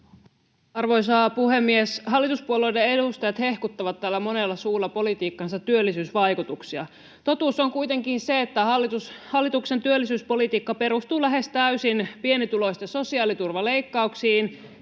Arvoisa puhemies! Hallituspuolueiden edustajat hehkuttavat täällä monella suulla politiikkansa työllisyysvaikutuksia. Totuus on kuitenkin se, että hallituksen työllisyyspolitiikka perustuu lähes täysin pienituloisten sosiaaliturvaleikkauksiin